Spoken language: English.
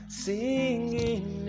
singing